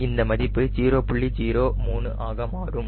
03 ஆக மாறும்